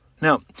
Now